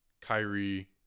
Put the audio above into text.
Kyrie